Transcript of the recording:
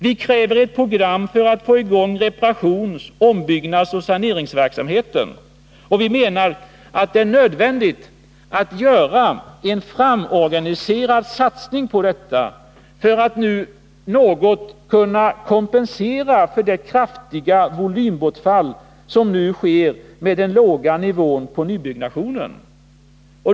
Vi kräver ett program för att få i gång reparations-, ombyggnadsoch saneringsverksamheten. Vi menar att det är nödvändigt att göra en organiserad satsning på detta för att något kompensera det kraftiga volymbortfall som sker med den nuvarande låga nivån på nybyggnationen.